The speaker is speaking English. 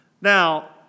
Now